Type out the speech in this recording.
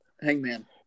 Hangman